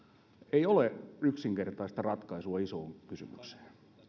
ei ole yksinkertaista ratkaisua isoon kysymykseen